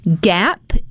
gap